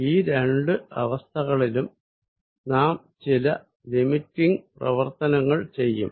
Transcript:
ഈ രണ്ട് അവസ്ഥകളിലും നാം ചില ലിമിറ്റിങ് പ്രവർത്തനങ്ങൾ ചെയ്യും